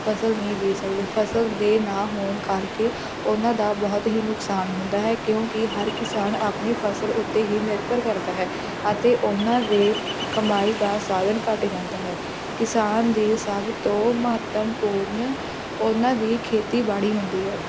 ਫ਼ਸਲ ਨਹੀਂ ਬੀਜ ਸਕਦੇ ਫ਼ਸਲ ਦੇ ਨਾ ਹੋਣ ਕਰਕੇ ਉਹਨਾਂ ਦਾ ਬਹੁਤ ਹੀ ਨੁਕਸਾਨ ਹੁੰਦਾ ਹੈ ਕਿਉਂਕਿ ਹਰ ਕਿਸਾਨ ਆਪਣੀ ਫ਼ਸਲ ਉੱਤੇ ਹੀ ਨਿਰਭਰ ਕਰਦਾ ਹੈ ਅਤੇ ਉਹਨਾਂ ਦੇ ਕਮਾਈ ਦਾ ਸਾਧਨ ਘੱਟ ਜਾਂਦਾ ਹੈ ਕਿਸਾਨ ਦੀ ਸਭ ਤੋਂ ਮਹੱਤਵਪੂਰਨ ਉਹਨਾਂ ਦੀ ਖੇਤੀਬਾੜੀ ਹੁੰਦੀ ਹੈ